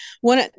one